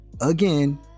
again